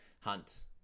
Hunt